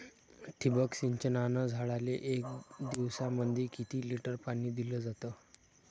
ठिबक सिंचनानं झाडाले एक दिवसामंदी किती लिटर पाणी दिलं जातं?